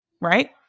Right